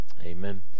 Amen